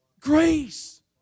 Grace